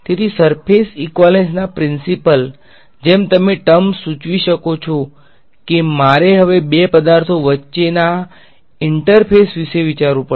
તેથી સર્ફેસ ઈક્વાલેંન્સના પ્રીન્સીપલ્સ જેમ તમે ટર્મ સૂચવી શકો છો કે મારે હવે બે પદાર્થો વચ્ચેના ઇન્ટરફેસ વિશે વિચારવું પડશે